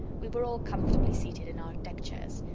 we were all comfortably seated in our deck-chairs.